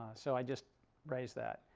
so i just raise that.